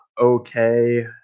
okay